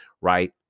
right